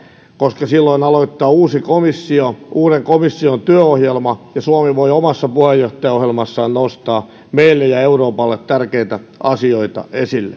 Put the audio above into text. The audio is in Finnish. koska silloin aloittaa uusi komissio uuden komission työohjelma ja suomi voi omassa puheenjohtajaohjelmassaan nostaa meille ja euroopalle tärkeitä asioita esille